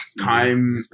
time